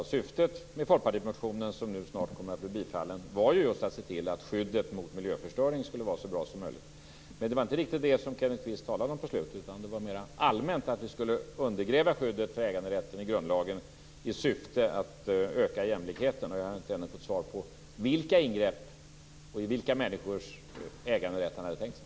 Och syftet med folkpartimotionen som nu snart kommer att bli bifallen var ju just att se till att skyddet mot miljöförstöring skulle vara så bra som möjligt. Men det var inte riktigt det som Kenneth Kvist talade om på slutet. Det var mer allmänt att vi skulle undergräva skyddet för äganderätten i grundlagen i syfte att öka jämlikheten. Jag har ännu inte fått svar på vilka ingrepp och i vilka människors äganderätt han hade tänkt sig.